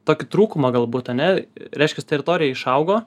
tokį trūkumą galbūt ane reiškias teritorija išaugo